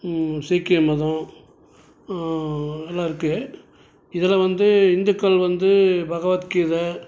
சீக்கிய மதம் எல்லாம் இருக்குது இதில் வந்து இந்துக்கள் வந்து பகவத் கீதை